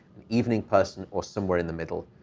evening person, or somewhere in the middle,